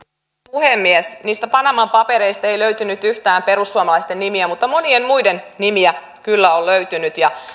puhemies niistä panaman papereista ei löytynyt yhtään perussuomalaisten nimiä mutta monien muiden nimiä kyllä on löytynyt